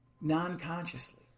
non-consciously